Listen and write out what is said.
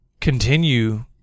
continue